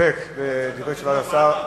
להסתפק בתשובת השר.